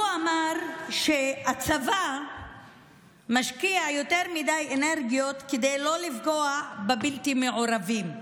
הוא אמר שהצבא משקיע יותר מדי אנרגיות כדי לא לפגוע בבלתי מעורבים.